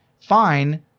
Fine